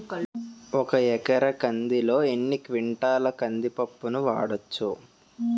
ఒక ఎకర కందిలో ఎన్ని క్వింటాల కంది పప్పును వాడచ్చు?